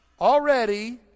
already